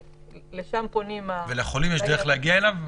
ולשם פונים --- ולחולים יש דרך להגיע אליו?